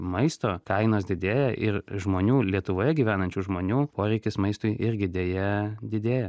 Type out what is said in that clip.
maisto kainos didėja ir žmonių lietuvoje gyvenančių žmonių poreikis maistui irgi deja didėja